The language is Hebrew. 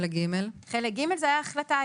חלק ג' זאת ההחלטה,